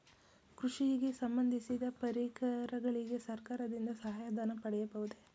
ಕೃಷಿಗೆ ಸಂಬಂದಿಸಿದ ಪರಿಕರಗಳಿಗೆ ಸರ್ಕಾರದಿಂದ ಸಹಾಯ ಧನ ಪಡೆಯಬಹುದೇ?